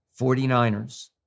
49ers